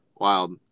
Wild